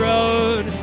Road